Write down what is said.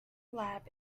lab